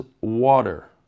water